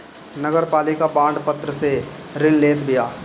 नगरपालिका बांड पत्र से ऋण लेत बिया